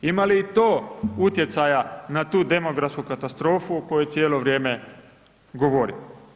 Ima li i to utjecaja na tu demografsku katastrofu, koju cijelo vrijeme govorim.